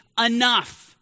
enough